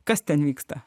kas ten vyksta